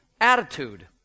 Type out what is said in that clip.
attitude